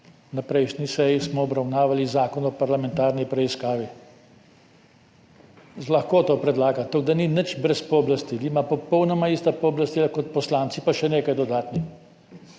Na prejšnji seji smo obravnavali Zakon o parlamentarni preiskavi. Z lahkoto predlaga, tako da ni brez pooblastil, ima popolnoma ista pooblastila kot poslanci, pa še nekaj dodatnih.